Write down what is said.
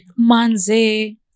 Manze